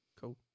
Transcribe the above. Cool